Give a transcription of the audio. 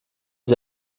sie